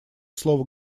слово